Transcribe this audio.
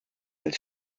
als